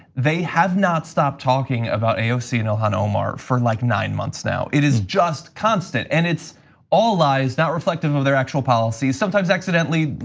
they have not stopped talking about aoc and ilhan omar for like nine months now. it is just constant, and it's all lies, not reflective of their actual policies. sometimes, accidentally,